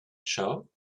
show